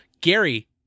Gary